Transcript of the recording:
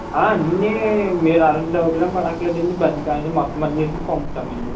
అన్ని మీరు అలాంటి డౌట్లు ఏం పడక్కర్లేదు అండి బండి కానుంచి మొత్తం అన్నింటికీ పంపుతాము అండి